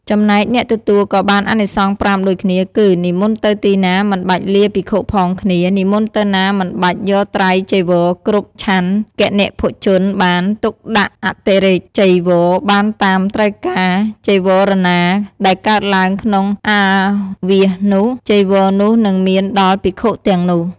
ចំណែកអ្នកទទួលក៏បានអានិសង្ស៥ដូចគ្នាគឺ និមន្តទៅទីណាមិនបាច់លាភិក្ខុផងគ្នា និមន្តទៅណាមិនបាច់យកត្រៃចីវរគ្រប់ ឆាន់គណភោជនបាន ទុកដាក់អតិរេកចីវរបានតាមត្រូវការ ចីវរណាដែលកើតឡើងក្នុងអាវាសនោះ ចីវរនោះនឹងមានដល់ភិក្ខុទាំងនោះ។